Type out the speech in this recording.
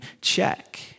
check